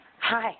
hi